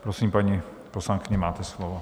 Prosím, paní poslankyně, máte slovo.